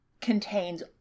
contains